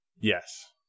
Yes